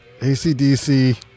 ACDC